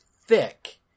thick